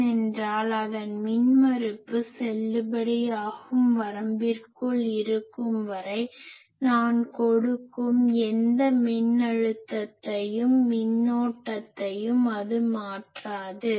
ஏனென்றால் அதன் மின்மறுப்பு செல்லுபடியாகும் வரம்பிற்குள் இருக்கும் வரை நான் கொடுக்கும் எந்த மின்னழுத்தத்தையும் மின்னோட்டத்தையும் அது மாற்றாது